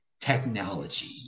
technology